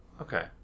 Okay